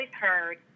heard